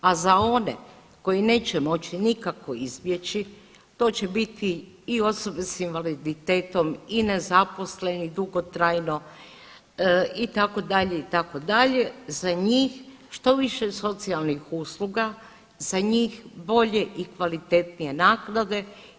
A za one koji neće moći nikako izbjeći to će biti i osobe s invaliditetom i nezaposleni dugotrajno itd., itd., za njih što više socijalnih usluga, za njih bolje i kvalitetnije naknade.